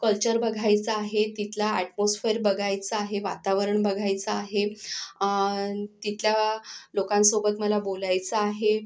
culture बघायचं आहे तिथला अॅट्मॉस्फेर बघायचा आहे वातावरण बघायचं आहे आणि तिथल्या लोकांसोबत मला बोलायचं आहे